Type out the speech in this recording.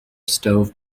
stove